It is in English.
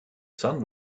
sun